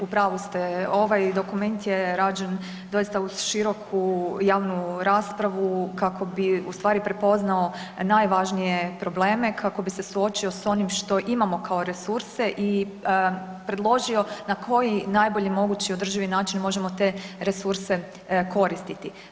U pravu ste, ovaj dokument je rađen doista uz široku javnu raspravu kako bi ustvari prepoznao najvažnije probleme, kako bi se suočio s onim što imamo kao resurse i predložio na koji najbolji mogući održivi način možemo te resurse koristiti.